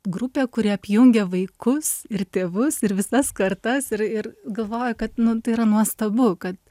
grupė kuri apjungia vaikus ir tėvus ir visas kartas ir ir galvoju kad nu tai yra nuostabu kad